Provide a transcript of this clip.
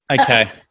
okay